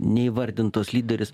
neįvardintos lyderis